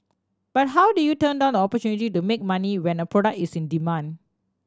but how do you turn down the opportunity to make money when a product is in demand